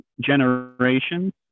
generations